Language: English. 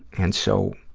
and so,